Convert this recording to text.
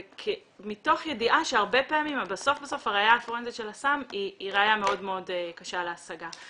מתוך ידיעה שהרבה פעמים הראיה הפורנזית של הסם היא ראיה מאוד קשה להשגה.